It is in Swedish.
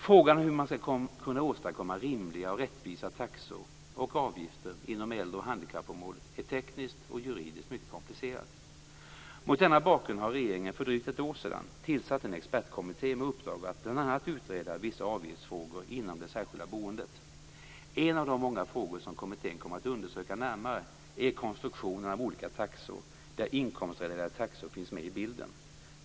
Frågan om hur man skall kunna åstadkomma rimliga och rättvisa taxor och avgifter inom äldre och handikappområdet är tekniskt och juridiskt mycket komplicerad. Mot denna bakgrund har regeringen för drygt ett år sedan tillsatt en expertkommitté med uppdrag att bl.a. utreda vissa avgiftsfrågor inom det särskilda boendet. En av de många frågor som kommittén kommer att undersöka närmare är konstruktionen av olika taxor, där inkomstrelaterade taxor finns med i bilden.